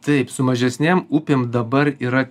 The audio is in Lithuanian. taip su mažesnėm upėm dabar yra